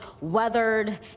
weathered